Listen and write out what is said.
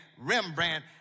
Rembrandt